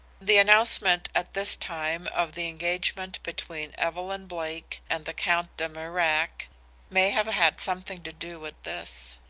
the announcement at this time of the engagement between evelyn blake and the count de mirac may have had something to do with this.